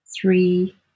three